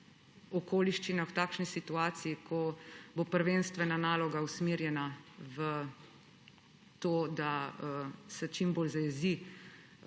okoliščinah, v takšni situaciji, ko bo prvenstvena naloga usmerjena v to, da se čim bolj zajezi